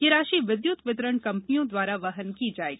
यह राशि विद्युत वितरण कंपनियों द्वारा वहन की जायेगी